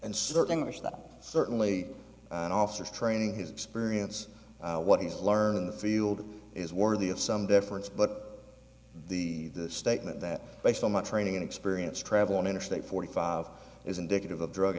that certainly an office training his experience what he's learned in the field is worthy of some deference but the statement that based on my training and experience travel on interstate forty five is indicative of drug